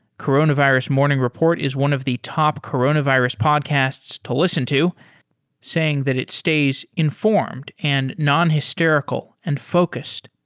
coronavirus morning report is one of the top coronavirus podcasts to listen to saying that it stays informed and non-hysterical and focused.